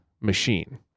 machine